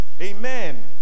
Amen